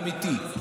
הוא הימין האמיתי.